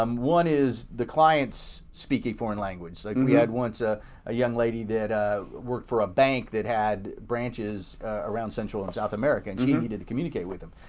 um one is the clients speak a foreign language. like we had once ah a young lady that worked for a bank that had branches around central and south america and she needed to communicate with them.